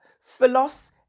Philos